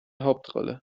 hauptrolle